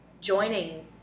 joining